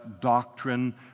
doctrine